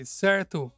certo